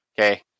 Okay